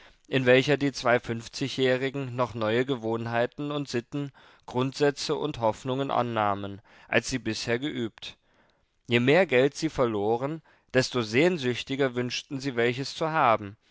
in welcher die zwei fünfzigjährigen noch neue gewohnheiten und sitten grundsätze und hoffnungen annahmen als sie bisher geübt je mehr geld sie verloren desto sehnsüchtiger wünschten sie welches zu haben